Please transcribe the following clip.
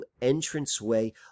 entranceway